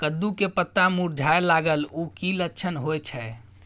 कद्दू के पत्ता मुरझाय लागल उ कि लक्षण होय छै?